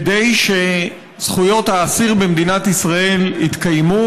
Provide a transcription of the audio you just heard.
כדי שזכויות האסיר במדינת ישראל יתקיימו,